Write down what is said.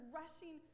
rushing